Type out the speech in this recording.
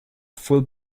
full